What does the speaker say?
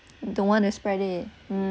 don't want friday mm